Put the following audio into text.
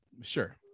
Sure